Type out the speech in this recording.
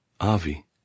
Avi